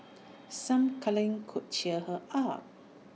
some cuddling could cheer her up